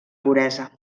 puresa